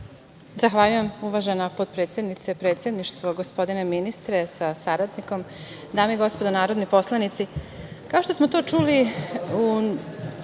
Zahvaljujem. Uvažena potpredsednice, predsedništvo, gospodine ministre sa saradnikom, dame i gospodo narodni poslanici,